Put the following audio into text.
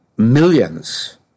Millions